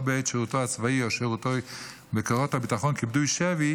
בעת שירותו הצבאי או שירותו בכוחות הביטחון כפדוי שבי